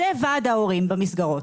זה ועד ההורים במסגרות.